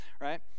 right